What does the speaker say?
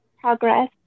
progress